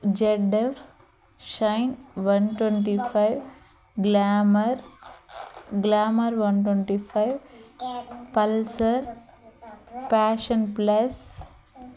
Z F Shine one twenty five Glamour Glamour one twenty five Pulsar Passion plus